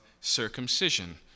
circumcision